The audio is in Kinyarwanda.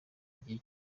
igihe